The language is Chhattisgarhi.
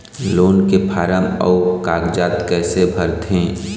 लोन के फार्म अऊ कागजात कइसे भरथें?